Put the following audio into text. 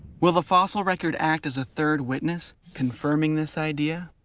will the fossil record act as a third witness confirming this idea?